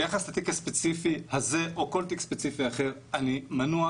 ביחס לתיק הספציפי הזה או כל תיק ספציפי אחר אני מנוע,